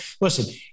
Listen